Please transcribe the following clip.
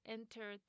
Enter